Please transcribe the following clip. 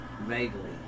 Vaguely